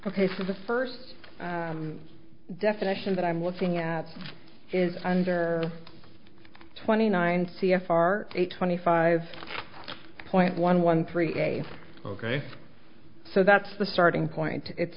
ok for the first definition that i'm looking at is under twenty nine c f r eight twenty five point one one three eight ok so that's the starting point it's